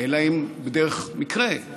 אלא בדרך מקרה,